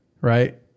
Right